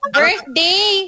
birthday